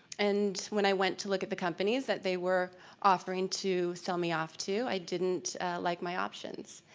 and when i went to look at the companies that they were offering to sell me off to, i didn't like my options.